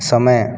समय